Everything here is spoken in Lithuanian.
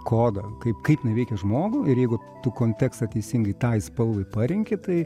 kodą kaip kaip jinai veikia žmogų ir jeigu tu kontekstą teisingai tai spalvai parenki tai